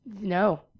No